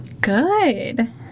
good